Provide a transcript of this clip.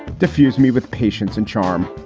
diffuse me with patience and charm.